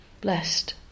blessed